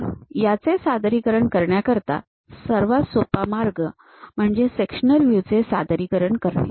तर याचे सादरीकरण करण्याकरिता सर्वात सोपा मार्ग म्हणजे सेक्शनल व्ह्यू चे सादरीकरण करणे